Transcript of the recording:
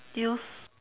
use~